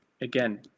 again